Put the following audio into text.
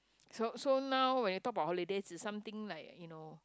so so now when you talk about holidays it's something like you know